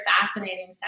fascinating